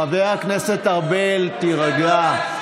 חבר הכנסת ארבל, תירגע.